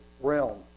realm